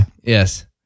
Yes